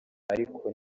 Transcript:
ariko